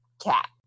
cat